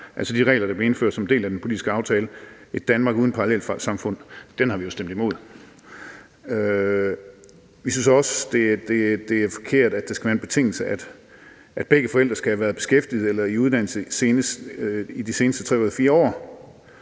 altså de regler, der blev indført som en del af den politiske aftale »Ét Danmark uden parallelsamfund«, som vi jo stemte imod. Vi synes også, det er forkert, at det skal være en betingelse, at begge forældre skal være i beskæftigelse eller uddannelse i de seneste 3 ud